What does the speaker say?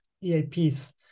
EAPs